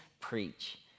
preach